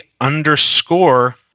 underscore